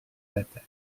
bataille